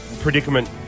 predicament